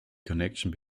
connection